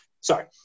sorry